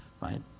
right